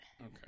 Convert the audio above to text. Okay